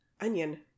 onion